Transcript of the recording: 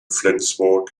flensburg